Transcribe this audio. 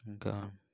ఇంకా